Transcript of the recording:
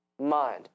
mind